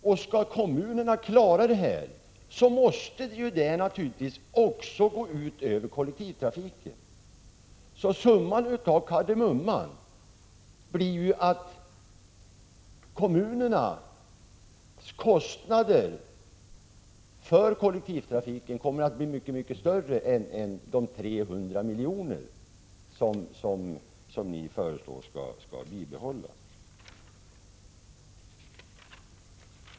Om kommunerna skall kunna klara denna — 15 maj 1986 sänkning av bidragen, måste det naturligtvis gå ut över kollektivtrafiken. Summan av kardemumman blir att kommunernas kostnader för kollektivtrafiken kommer att bli mycket större än de 300 miljoner i bidrag som ni föreslår ä skall bibehållas.